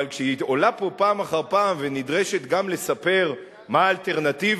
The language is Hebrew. אבל כשהיא עולה פה פעם אחר פעם ונדרשת גם לספר מה האלטרנטיבה,